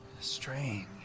Strange